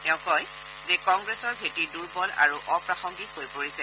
তেওঁ কয় যে কংগ্ৰেছৰ ভেটি দুৰ্বল আৰু অপ্ৰাসংগিক হৈ পৰিছে